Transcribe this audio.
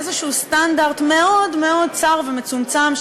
מאיזה סטנדרט מאוד מאוד צר ומצומצם,